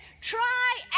try